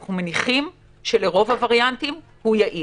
אנחנו מניחים שלרוב הווריאנטים הוא יעיל.